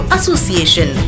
Association